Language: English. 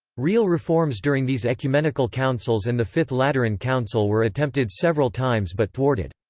real reforms during these ecumenical councils and the fifth lateran council were attempted several times but thwarted.